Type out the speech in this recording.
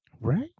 Right